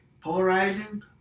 Polarizing